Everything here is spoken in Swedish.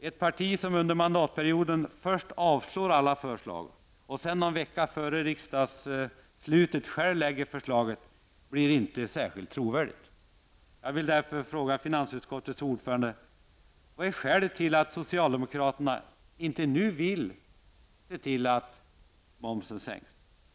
Ett parti som under mandatperioden först avslår alla förslag och sedan någon vecka före riksdagsslutet själv lägger fram förslaget blir inte ett särskilt trovärdigt parti. Jag vill därför fråga finansutskottets ordförande: Vad är skälet till att socialdemokraterna inte nu vill se till att momsen sänks?